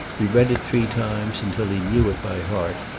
he read it three times, until he knew it by heart,